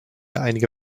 einige